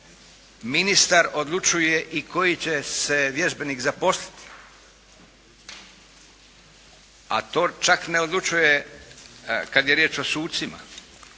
Ministar odlučuje i koji će se vježbenik zaposliti, a to čak ne odlučuje kad je riječ o sucima.